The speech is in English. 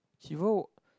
hero